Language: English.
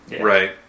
Right